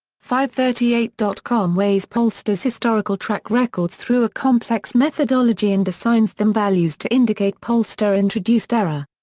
fivethirtyeight dot com weighs pollsters' historical track records through a complex methodology and assigns them values to indicate pollster-introduced error.